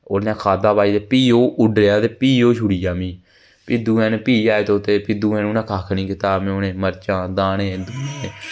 उ'नै खाद्धा भाई फ्ही ओह् खाद्धा ते फ्ही ओह् उड्डरेआ ते फ्ही ओह् छोड़िया मिगी ते दूए दिन फ्ही आए तोते दूए दिन उ'नें कक्ख नीं कीत्ता उ'नें मर्चां दाने